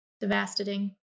Devastating